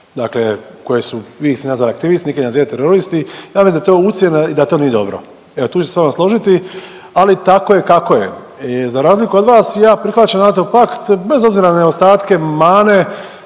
Dakle, koje su, vi ste ih nazvali aktivisti, neki nazivaju teroristi, ja mislim da je to ucjena i da to nije dobro. Evo, tu ću se s vama složiti, ali tako je kako je. I za razliku od vas, ja prihvaćam NATO pakt bez obzira na nedostatke, mane,